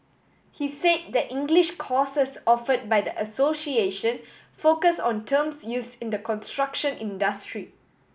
he said that English courses offered by the association focus on terms used in the construction industry